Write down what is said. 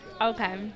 Okay